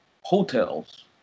Hotels